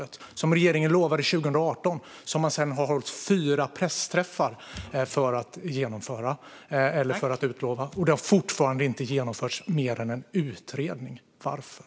Detta är något som regeringen utlovade 2018 och som man sedan har hållit fyra pressträffar för att utlova. Men det har fortfarande inte genomförts mer än en utredning. Varför?